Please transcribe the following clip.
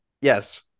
Yes